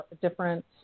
different